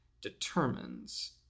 determines